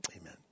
amen